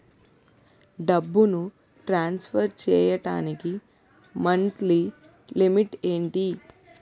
డబ్బును ట్రాన్సఫర్ చేయడానికి monthly limit ఎంత?